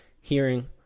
hearing